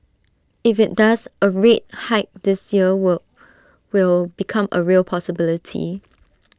if IT does A rate hike this year will will become A real possibility